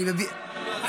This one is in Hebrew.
יאשר לו.